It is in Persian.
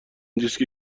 دیسک